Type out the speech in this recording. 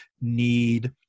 need